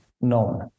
known